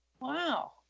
Wow